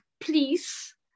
Please